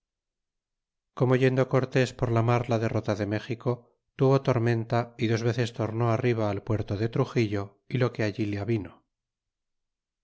omo yendo cortés por la mar la derrota de méxico tuvo tor's menta y dos veces tornó arriba al puerto de truxillo y lo que alli le avino